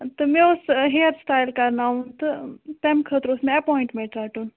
تہٕ مےٚ اوس ہِیَر سِٹایِل کَرناوُن تہٕ تَمہِ خٲطرٕ اوس مےٚ ایپوایِنٛٹمٮ۪نٛٹ رَٹُن